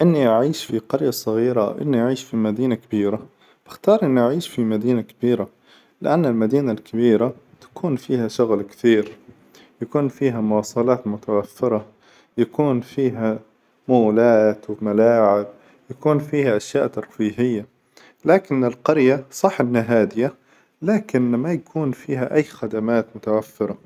إني أعيش في قرية صغيرة، إني أعيش في مدينة كبيرة، فبختار إني أعيش في مدينة كبيرة، لأن المدينة الكبيرة تكون فيها شغل كثير، يكون فيها مواصلات متوفرة، يكون فيها مولات، وملاعب، يكون فيها أشياء ترفيهية، لكن القرية صح إنا هادية، لكن ما يكون فيها أي خدمات متوفرة.